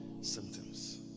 symptoms